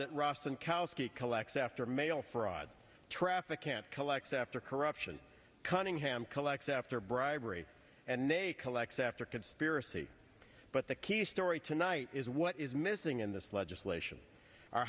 rostenkowski collects after mail fraud traffic can't collect after corruption cunningham collects after bribery and collects after conspiracy but the key story tonight is what is missing in this legislation our